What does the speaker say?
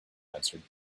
answered